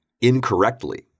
incorrectly